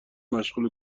مشغول